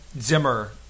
Zimmer